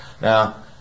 Now